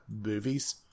movies